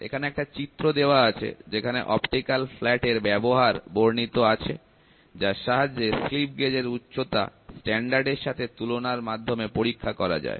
এখানে একটা চিত্র দেওয়া আছে যেখানে অপটিক্যাল ফ্ল্যাটের ব্যবহার বর্ণিত আছে যার সাহায্যে স্লিপ গেজ এর উচ্চতা স্ট্যান্ডার্ডের সাথে তুলনার মাধ্যমে পরীক্ষা করা যায়